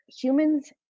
humans